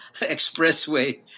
expressway